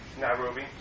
Nairobi